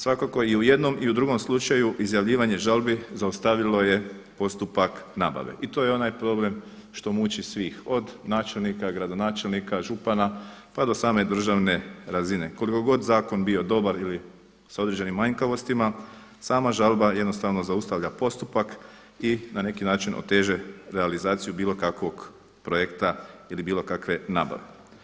Svakako i u jednom i u drugom slučaju izjavljivanje žalbi zaustavilo je postupak nabave i to je onaj problem što muči svih od načelnika, gradonačelnika, župana, pa do same državne razine koliko god zakon bio dobar ili sa određenim manjkavostima sama žalba jednostavno zaustavlja postupak i na neki način oteže realizaciju bilo kakvog projekta ili bilo kakve nabave.